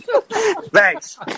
Thanks